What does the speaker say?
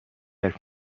حرف